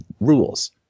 rules